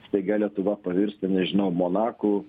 staiga lietuva pavirstų nežinau monaku